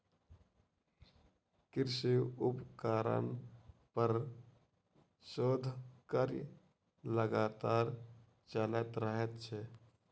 कृषि उपकरण पर शोध कार्य लगातार चलैत रहैत छै